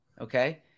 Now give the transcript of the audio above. okay